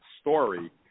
story